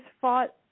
fought